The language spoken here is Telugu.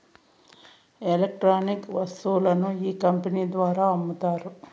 ఎలక్ట్రానిక్ వస్తువులను ఈ కంపెనీ ద్వారా అమ్ముతారు